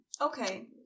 Okay